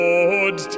Lord